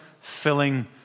filling